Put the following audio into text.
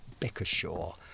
Bickershaw